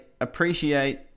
appreciate